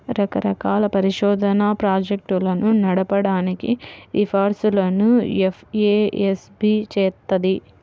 రకరకాల పరిశోధనా ప్రాజెక్టులను నడపడానికి సిఫార్సులను ఎఫ్ఏఎస్బి చేత్తది